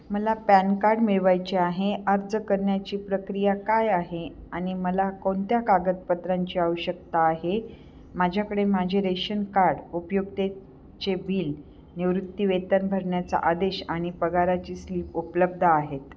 मला PAN card मिळवायचे आहे अर्ज करण्याची प्रक्रिया काय आहे आणि मला कोणत्या कागदपत्रांची आवश्यकता आहे माझ्याकडे माझे रेशन कार्ड उपयुक्ततेचे बिल निवृत्ती वेतन भरण्याचा आदेश आणि पगाराची स्लिप उपलब्ध आहेत